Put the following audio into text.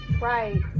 right